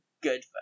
good